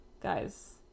guys